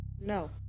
No